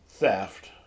theft